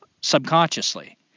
subconsciously